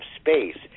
space